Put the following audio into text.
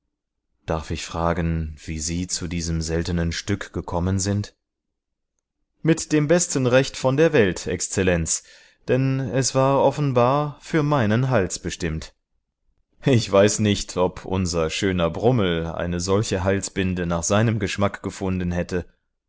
darf ich fragen wie sie zu diesem seltenen stück gekommen sind mit dem besten recht von der welt exzellenz denn es war offenbar für meinen hals bestimmt ich weiß nicht ob unser schöner brummel eine solche halsbinde nach seinem geschmack gefunden hätte